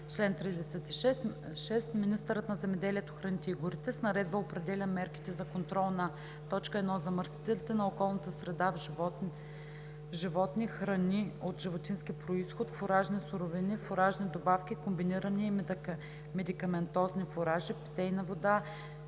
„Чл. 36. Министърът на земеделието, храните и горите с наредба определя мерките за контрол на: 1. замърсителите от околната среда в животни, храни от животински произход, фуражни суровини, фуражни добавки, комбинирани и медикаментозни фуражи, питейна вода,